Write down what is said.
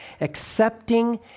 accepting